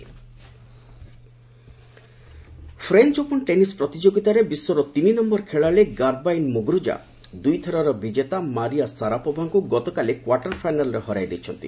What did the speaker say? French open French open tennis ପ୍ରତିଯୋଗିତାରେ ବିଶ୍ୱର ତିନି ନମ୍ଭର ଖେଳାଳି ଗାର୍ବାଇନ୍ ମୁଗୁରୁଜା ଦୁଇ ଥରର ବିଜେତା ମାରିଆ ସାରାପୋଭାଙ୍କୁ ଗତକାଲି କ୍ୱାର୍ଟର ଫାଇନାଲ୍ରେ ହରାଇ ଦେଇଛନ୍ତି